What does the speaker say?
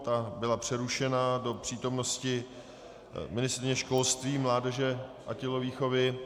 Ta byla přerušena do přítomnosti ministryně školství, mládeže a tělovýchovy.